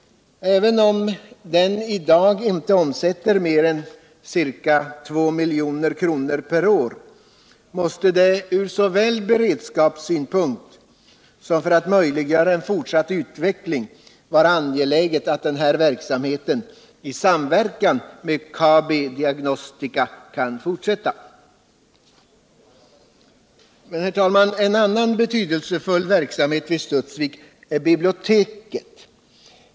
Även om den i dag inte omsätter mer än ca 2 miljoner per år, måste det såväl från beredskapssynpunkti som för en fortsatt utveckling vara angeläget att den här verksamheten I samverkan med Kabi Diagnostica AB kan fortsätta. Herr talman! En annan betydelsefull del av verksamheten vid Studsvik är biblioteket.